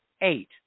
eight